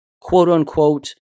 quote-unquote